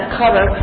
cover